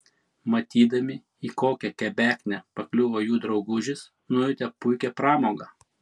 matydami į kokią kebeknę pakliuvo jų draugužis nujautė puikią pramogą